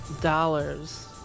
dollars